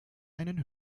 einen